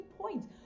points